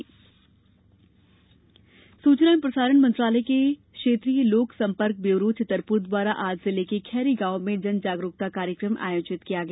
जागरूकता कार्यक्रम सूचना एवं प्रसारण मंत्रालय के क्षेत्रीय लोक संपर्क ब्यूरो छतरपुर द्वारा आज जिले के खैरी गांव में जन जागरूकता कार्यक्रम आयोजित किया गया